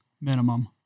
minimum